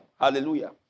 Hallelujah